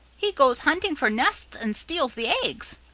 he goes hunting for nests and steals the eggs,